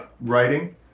Writing